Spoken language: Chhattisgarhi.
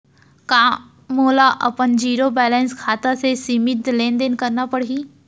का मोला अपन जीरो बैलेंस खाता से सीमित लेनदेन करना पड़हि?